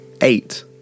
eight